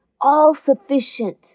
all-sufficient